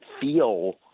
feel